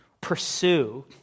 Pursue